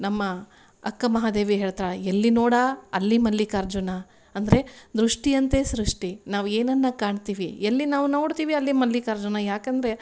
ನಮ್ಮ ಅಕ್ಕ ಮಹಾದೇವಿ ಹೇಳ್ತಾಳೆ ಎಲ್ಲಿ ನೋಡಾ ಅಲ್ಲಿ ಮಲ್ಲಿಕಾರ್ಜುನ ಅಂದರೆ ದೃಷ್ಟಿಯಂತೆ ಸೃಷ್ಟಿ ನಾವು ಏನನ್ನು ಕಾಣ್ತೀವಿ ಎಲ್ಲಿ ನಾವು ನೋಡ್ತಿವಿ ಅಲ್ಲಿ ಮಲ್ಲಿಕಾರ್ಜುನ ಯಾಕಂದರೆ